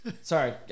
Sorry